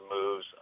moves